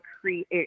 create